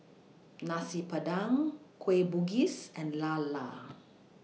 Nasi Padang Kueh Bugis and Lala